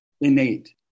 innate